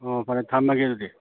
ꯑꯣ ꯐꯔꯦ ꯊꯝꯃꯒꯦ ꯑꯗꯨꯗꯤ